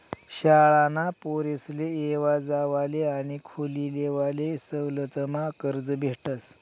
शाळाना पोरेसले येवा जावाले आणि खोली लेवाले सवलतमा कर्ज भेटस